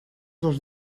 dos